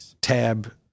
tab